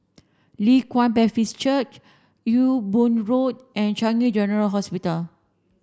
Leng Kwang Baptist Church Ewe Boon Road and Changi General Hospital